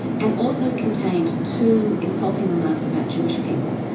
and also contained two insulting remarks about jewish people.